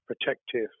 protective